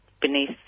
beneath